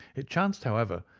it chanced, however,